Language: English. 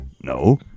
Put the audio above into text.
No